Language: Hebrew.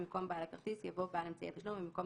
במקום "בעל הכרטיס" יבוא "בעל אמצעי התשלום" ובמקום